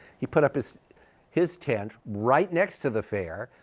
he put up his his tent right next to the fair,